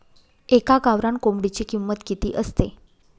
एका गावरान कोंबडीची किंमत किती असते?